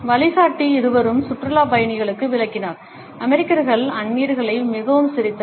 வழிகாட்டி இருவரும் சுற்றுலாப் பயணிகளுக்கு விளக்கினார் அமெரிக்கர்கள் அந்நியர்களை மிகவும் சிரித்தனர்